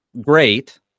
Great